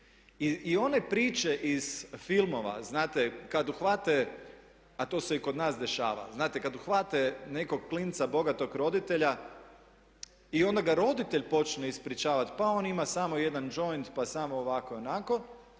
I one priče iz filmova znate kada uhvate a to se i kod nas dešava. Znate kada uhvate nekog klinca bogatog roditelja i onda ga roditelj počne ispričavati pa on ima samo jedan džoint, pa samo ovako i onako